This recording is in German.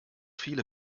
viele